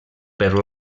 per